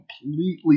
completely